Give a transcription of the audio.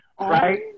right